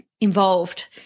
involved